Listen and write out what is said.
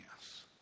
Yes